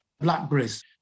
blackberries